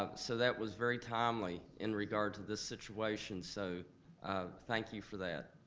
ah so that was very timely in regard to this situation, so ah thank you for that.